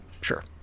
sure